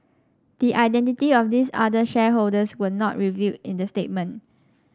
the identity of these other shareholders were not revealed in the statement